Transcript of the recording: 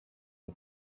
and